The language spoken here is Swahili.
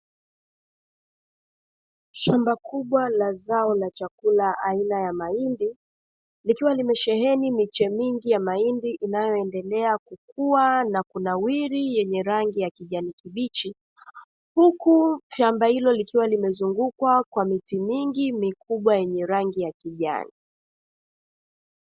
Shamba kubwa la zao la chakula aina ya mahindi, likiwa limesheheni miche mingi ya mahindi inayoendelea kukua, na kunawiri yenye rangi ya kijani kibichi, huku shamba hilo likiwa limezungukwa kwa miti mingi mikubwa yenye rangi ya kijani.